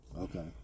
Okay